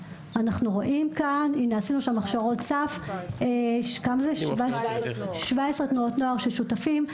עשינו שם הכשרות סף, 17 תנועות נוער ששותפים.